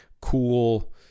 cool